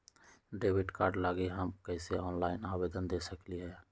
Debit card लागी हम कईसे ऑनलाइन आवेदन दे सकलि ह?